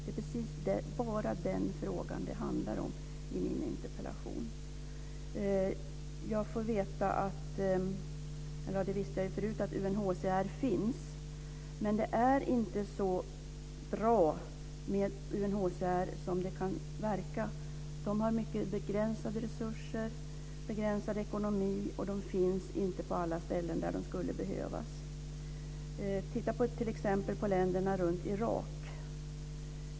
Det är bara den fråga som det handlar om i min interpellation. Jag får veta att UNHCR finns - det visste jag förut. Men det är inte så bra med UNHCR som det kan verka. Man har mycket begränsade resurser och en begränsad ekonomi och man finns inte på alla ställen där man skulle behövas. Titta t.ex. på länderna runt Irak!